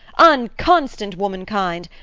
unconstant womankind!